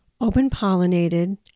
open-pollinated